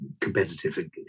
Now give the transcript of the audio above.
competitive